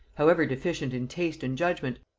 however deficient in taste and judgement,